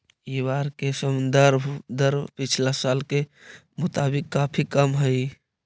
इ बार के संदर्भ दर पिछला साल के मुताबिक काफी कम हई